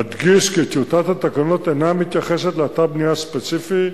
אדגיש כי טיוטת התקנות אינה מתייחסת לאתר בנייה ספציפי,